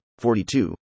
42